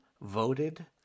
voted